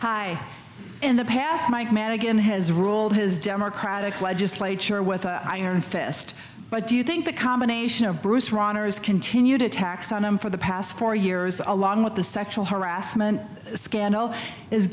in the past mike madigan has ruled his democratic legislature with an iron fist but do you think the combination of bruce rauner has continued attacks on them for the past four years along with the sexual harassment scandal is